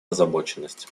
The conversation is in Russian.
озабоченность